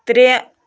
ترٛےٚ